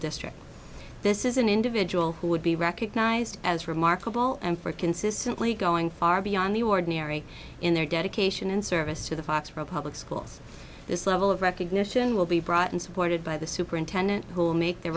district this is an individual who would be recognized as remarkable and for consistently going far beyond the ordinary in their dedication and service to the foxboro public schools this level of recognition will be brought and supported by the superintendent who will make the